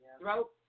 throat